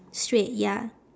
straight ya